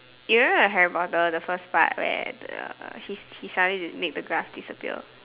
you know the Harry potter the first part where the his he suddenly make the grass disappear